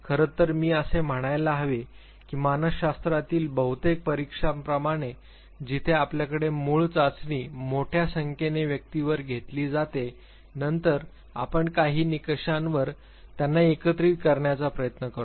खरं तर मी असे म्हणायला हवे की मानसशास्त्रातील बहुतेक परीक्षांप्रमाणे जिथे आपल्याकडे मूळ चाचणी मोठ्या संख्येने व्यक्तींवर घेतली जाते नंतर आपण काही निकषांवर एकत्रित करण्याचा प्रयत्न करतो